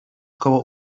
koło